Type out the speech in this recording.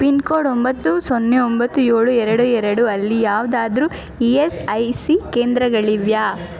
pin code ಒಂಬತ್ತು ಸೊನ್ನೆ ಒಂಬತ್ತು ಏಳು ಎರಡು ಎರಡು ಅಲ್ಲಿ ಯಾವುದಾದ್ರು ಇ ಎಸ್ ಐ ಸಿ ಕೇಂದ್ರಗಳಿವೆಯಾ